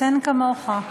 אין כמוך.